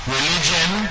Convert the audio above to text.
religion